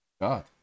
God